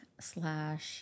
slash